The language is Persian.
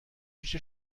پیش